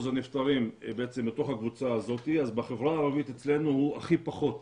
הנפטרים בתוך הקבוצה הזאת אז בחברה הערבית הוא הכי פחות,